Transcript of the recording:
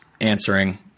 answering